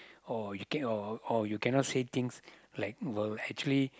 or you can or or you cannot say things like will actually